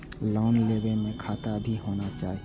Loan लेबे में खाता भी होना चाहि?